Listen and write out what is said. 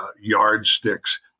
Yardsticks